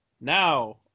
Now